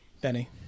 Benny